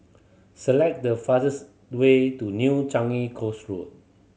select the fastest way to New Changi Coast Road